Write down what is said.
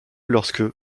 lorsque